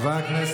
תודה רבה.